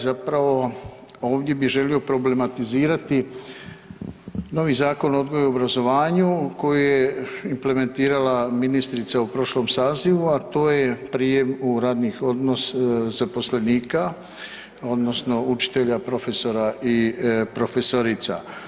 Zapravo ovdje bih želio problematizirati novi Zakon o odgoju i obrazovanju koji je implementirala ministrica u prošlom sazivu, a to je prijem u radni odnos zaposlenika odnosno učitelja, profesora i profesorica.